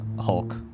Hulk